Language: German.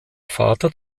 vater